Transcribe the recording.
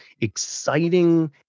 exciting